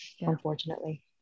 unfortunately